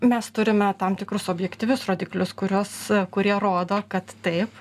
mes turime tam tikrus objektyvius rodiklius kuriuos kurie rodo kad taip